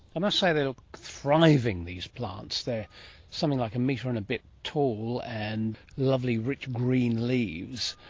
i must say they look thriving, these plants, they are something like a metre and a bit tall and lovely rich, green leaves.